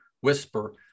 Whisper